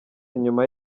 inyuma